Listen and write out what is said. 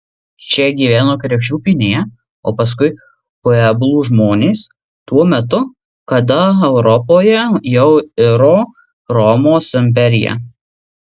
čia gyveno krepšių pynėjai o paskui pueblų žmonės tuo metu kada europoje jau iro romos imperija